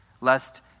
lest